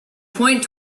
point